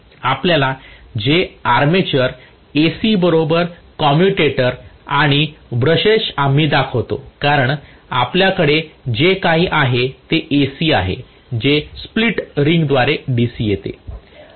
आपल्याकडे जे armature AC बरोबर कम्युटेटर आणि ब्रशेस आम्ही ठेवतो कारण आपल्या कडे जे आहे ते AC आहे जे स्प्लिट रिंगद्वारे DC येते